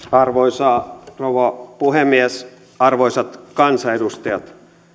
arvoisa rouva puhemies arvoisat kansanedustajat